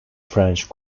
french